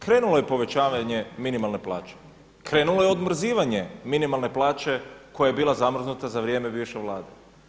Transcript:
Krenulo je povećavanje minimalne plaće, krenulo je odmrzavanje minimalne plaće koja je bila zamrznuta za bivše Vlade.